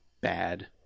bad